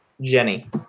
Jenny